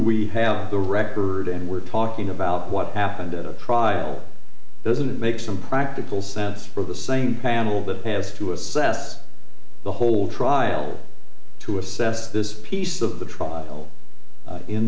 we have the record and we're talking about what happened at a trial doesn't make some practical sense for the same panel that has to assess the whole trial to assess this piece of the trial in